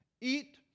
eat